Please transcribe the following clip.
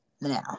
Now